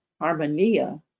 Harmonia